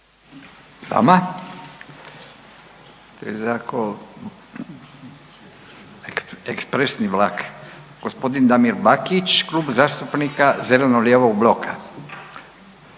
vama. Ekspresni vlak. Gospodin Damir Bakić, Klub zastupnika Zeleno-lijevog bloka.